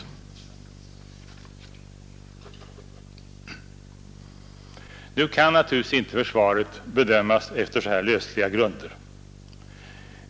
Nu kan försvaret naturligtvis inte bedömas på så lösliga grunder.